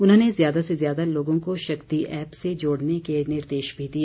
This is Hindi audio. उन्होंने ज्यादा से ज्यादा लोगों को शक्ति ऐप से जोड़ने के निर्देश भी दिए